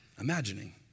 imagining